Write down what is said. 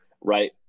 Right